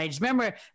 Remember